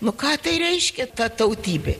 nu ką tai reiškia ta tautybė